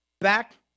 back